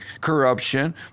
corruption